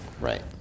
Right